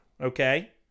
Okay